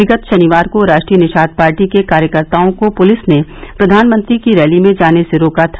विगत शनिवार को राष्ट्रीय निषाद पार्टी के कार्यकर्ताओं को पुलिस ने प्रधानमंत्री की रैली में जाने से रोका था